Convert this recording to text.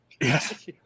Yes